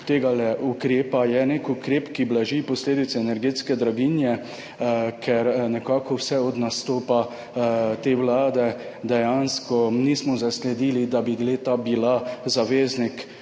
tega ukrepa. Je nek ukrep, ki blaži posledice energetske draginje. Vse od nastopa te vlade dejansko nismo zasledili, da bi le-ta bila zaveznik